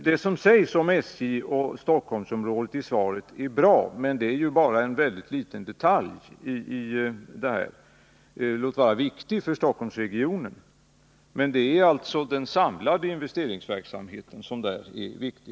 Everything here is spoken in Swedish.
Det som sägs om SJ och Stockholmsområdet i svaret är bra, men det är ju en mycket liten detalj, låt vara viktig för Stockholmsregionen. Det är den samlade investeringsverksamheten för SJ som är väsentlig.